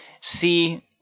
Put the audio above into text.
See